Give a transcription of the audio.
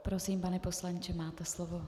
Prosím, pane poslanče, máte slovo.